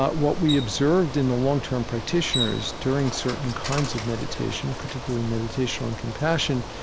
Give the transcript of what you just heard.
but what we observed in the long-term practitioners during certain kinds of meditation, particularly meditation on compassion,